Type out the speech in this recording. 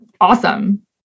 awesome